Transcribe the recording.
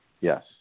Yes